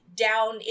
down